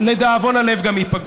לדאבון הלב, גם ייפגעו.